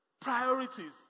priorities